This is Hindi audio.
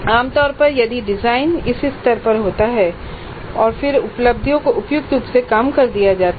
आमतौर पर यदि डिजाइन इस स्तर पर होता है और फिर उपलब्धियों को उपयुक्त रूप से कम कर दिया जाता है